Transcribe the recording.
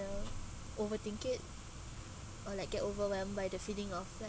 overthink it or like get overwhelmed by the feeling of that